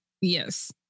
Yes